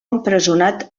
empresonat